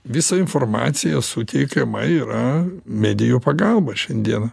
visa informacija suteikiama yra medijų pagalba šiandieną